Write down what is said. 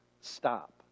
Stop